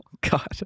God